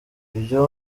ibyo